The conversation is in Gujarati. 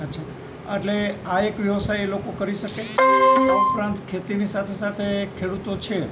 અચ્છા એટલે આ એક વ્યવસ્થા એ લોકો કરી શકે આ ઉપરાંત ખેતીની સાથે સાથે ખેડૂતો છે